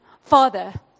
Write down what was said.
Father